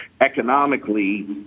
economically